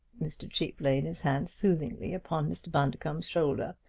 mr. cheape laid his hand soothingly upon mr. bundercombe's shoulder.